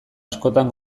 askotan